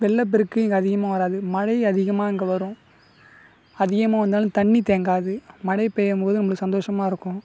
வெள்ளப்பெருக்கு இங்கே அதிகமாக வராது மழை அதிகமாக இங்கே வரும் அதிகமாக வந்தாலும் தண்ணி தேங்காது மழை பெய்யும் போது நம்மளுக்கு சந்தோஷமாக இருக்கும்